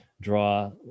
draw